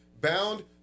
bound